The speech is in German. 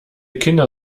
kinder